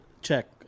check